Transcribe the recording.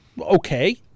okay